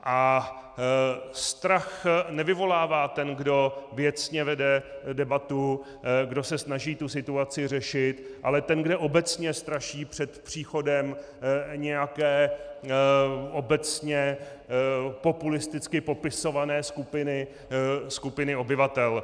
A strach nevyvolává ten, kdo věcně vede debatu, kdo se snaží situaci řešit, ale ten, kdo obecně straší před příchodem nějaké obecně populisticky popisované skupiny obyvatel.